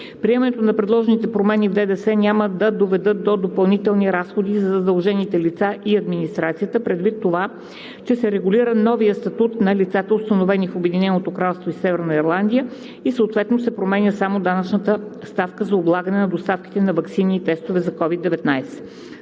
Приемането на предложените промени в ЗДДС няма да доведат до допълнителни разходи за задължените лица и администрацията, предвид това, че се регулира новият статут на лицата, установени в Обединеното кралство и Северна Ирландия, съответно променя се само данъчната ставка за облагане на доставките на ваксини и тестове за COVID-19.